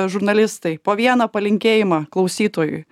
žurnalistai po vieną palinkėjimą klausytojui